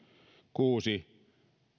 kuusi